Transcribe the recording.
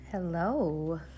Hello